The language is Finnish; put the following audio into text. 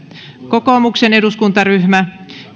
kokoomuksen eduskuntaryhmä